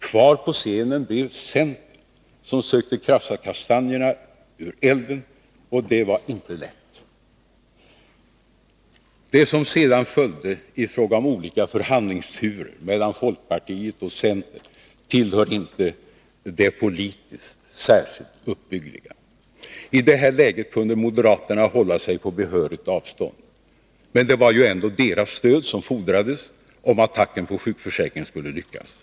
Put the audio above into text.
Kvar på scenen blev centern, som sökte krafsa kastanjerna ur elden, och det var inte lätt. Det som sedan följde i fråga om olika förhandlingsturer mellan folkpartiet och centern tillhör inte det politiskt särskilt uppbyggliga. I det här läget kunde moderaterna hålla sig på behörigt avstånd, men det var ju ändå deras stöd som fordrades om attacken mot sjukförsäkringen skulle lyckas.